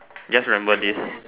just remember this